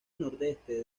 nordeste